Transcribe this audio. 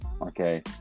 okay